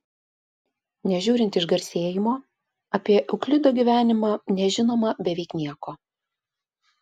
nežiūrint išgarsėjimo apie euklido gyvenimą nežinoma beveik nieko